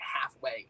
halfway